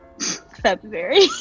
February